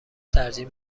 ترجیح